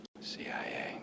CIA